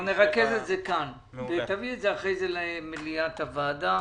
נרכז את זה כאן ותביא את זה אחרי כן למליאת הוועדה.